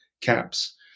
caps